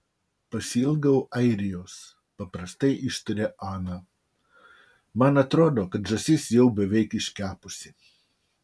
pasiilgau airijos paprastai ištarė ana man atrodo kad žąsis jau beveik iškepusi